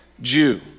Jew